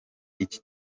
iki